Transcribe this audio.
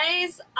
guys